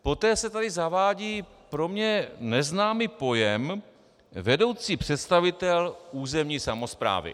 Poté se tady zavádí pro mě neznámý pojem vedoucí představitel územní samosprávy.